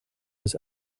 was